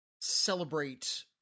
celebrate